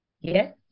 Yes